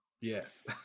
yes